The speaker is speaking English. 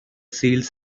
seals